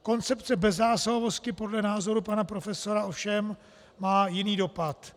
Koncepce bezzásahovosti podle názoru pana profesora ovšem má jiný dopad.